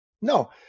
No